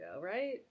right